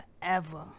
forever